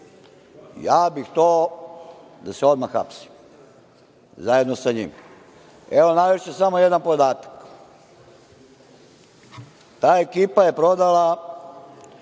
Ja bih to da se odmah hapsi, zajedno sa njim. Evo, navešću samo jedan podatak. Ta ekipa je prodala